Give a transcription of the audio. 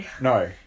No